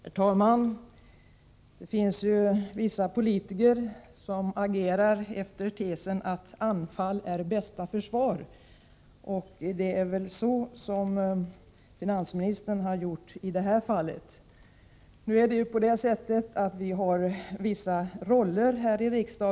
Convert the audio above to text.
Om planeradin” Herr talman! Det finns vissa politiker som agerar enligt tesen att anfall är dragning av färje bästa försvar. Det är väl vad finansministern har gjort i det här sammanhangförbindelsen et. Det är ju på det sättet att vi här i riksdagen har vissa roller.